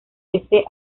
ese